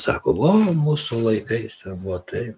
sako va mūsų laikais ten buvo taip